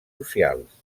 socials